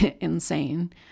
insane